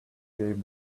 gave